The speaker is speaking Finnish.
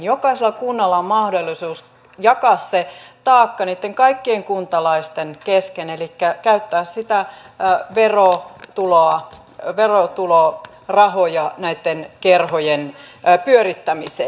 jokaisella kunnalla on mahdollisuus jakaa se taakka niitten kaikkien kuntalaisten kesken elikkä käyttää sitä saa virua tuloa ja niitä verotulorahoja näitten kerhojen pyörittämiseen